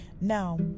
Now